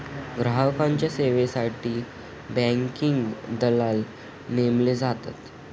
ग्राहकांच्या सेवेसाठी बँकिंग दलाल नेमले जातात